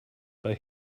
but